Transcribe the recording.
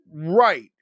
Right